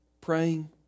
praying